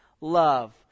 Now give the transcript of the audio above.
love